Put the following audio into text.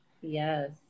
yes